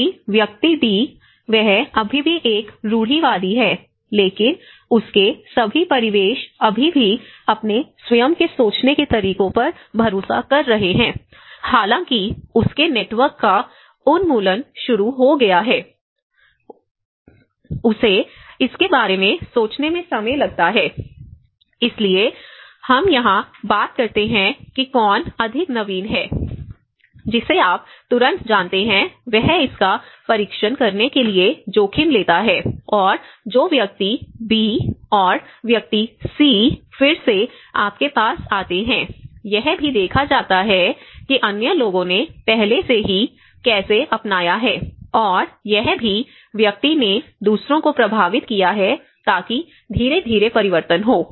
जबकि व्यक्ति डी वह अभी भी एक रूढ़िवादी है लेकिन उसके सभी परिवेश अभी भी अपने स्वयं के सोचने के तरीकों पर भरोसा कर रहे हैं हालांकि उसके नेटवर्क का उन्मूलन शुरू हो गया है उसे इसके बारे में सोचने में समय लगता है इसलिए हम यहां बात करते हैं कि कौन अधिक नवीन है जिसे आप तुरंत जानते हैं वह इसका परीक्षण करने के लिए जोखिम लेता है और जो व्यक्ति बी और व्यक्ति सी फिर से आपके पास आता है यह भी देखा जाता है कि अन्य लोगों ने पहले से ही कैसे अपनाया है और यह भी व्यक्ति ने दूसरों को प्रभावित किया है ताकि धीरे धीरे परिवर्तन हो